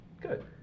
Good